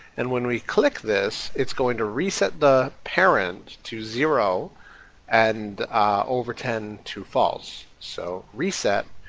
and when we click this it's going to reset the parent to zero and overten to false. so reset,